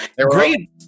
great